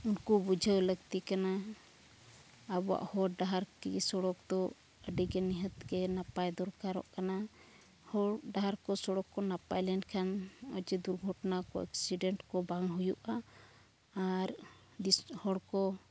ᱩᱱᱠᱩ ᱵᱩᱡᱷᱟᱹᱣ ᱞᱟᱹᱠᱛᱤ ᱠᱟᱱᱟ ᱟᱵᱚᱣᱟᱜ ᱦᱚᱨ ᱰᱟᱦᱟᱨ ᱠᱤ ᱥᱚᱲᱚᱠ ᱫᱚ ᱟᱹᱰᱤᱜᱮ ᱱᱤᱦᱟᱹᱛ ᱜᱮ ᱱᱟᱯᱟᱭ ᱫᱚᱨᱠᱟᱨᱚᱜ ᱠᱟᱱᱟ ᱦᱚᱨ ᱰᱟᱦᱟᱨ ᱠᱚ ᱥᱚᱲᱚᱠ ᱠᱚ ᱱᱟᱯᱟᱭ ᱞᱮᱱᱠᱷᱟᱱ ᱱᱚᱜᱼᱚᱭ ᱡᱮ ᱫᱩᱨᱜᱷᱚᱴᱱᱟ ᱠᱚ ᱮᱠᱥᱤᱰᱮᱱᱴ ᱠᱚ ᱵᱟᱝ ᱦᱩᱭᱩᱜᱼᱟ ᱟᱨ ᱦᱚᱲ ᱠᱚ